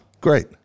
Great